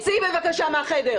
חברת הכנסת מארק, תצאי בבקשה מהחדר.